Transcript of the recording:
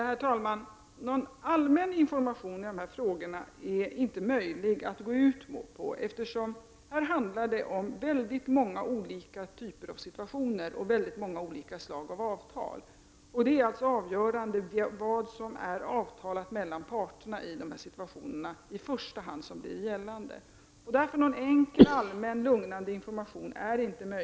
Herr talman! Det är inte möjligt att gå ut med någon allmän information i dessa frågor, eftersom det i detta fall handlar om väldigt många olika typer av situationer och många olika slags avtal. Det avgörande är i första hand vad som är avtalat mellan parterna. Därför är det inte möjligt att ge någon enkel, allmän och lugnande information.